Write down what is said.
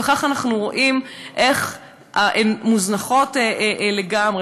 וכך אנחנו רואים איך הן מוזנחות לגמרי.